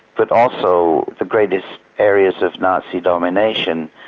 but also the greatest areas of nazi domination.